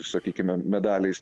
sakykime medaliais